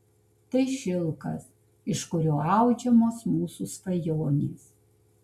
tai šilkas iš kurio audžiamos mūsų svajonės